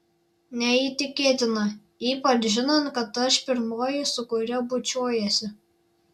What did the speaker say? neįtikėtina ypač žinant kad aš pirmoji su kuria bučiuojiesi